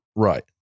right